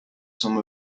some